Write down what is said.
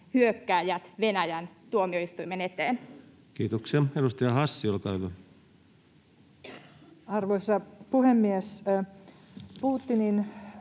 hyökkääjät, Venäjän, tuomioistuimen eteen. Kiitoksia. — Edustaja Hassi, olkaa hyvä. Arvoisa puhemies! Putinin